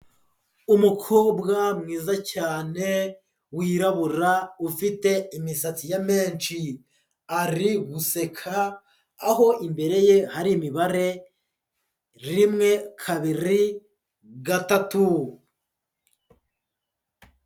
Umukobwa mwiza cyane wirabura ufite imisatsi ya menshi, ari guseka aho imbere ye hari imibare rimwe kabiri gatatu.